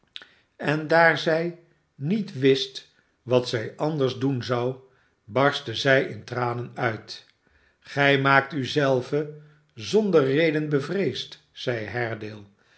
en daar zij niet wist wat zij anders doen zou barstte zij in tranen uit gij maakt u zelve zonder reden bevreesd zeide